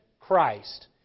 Christ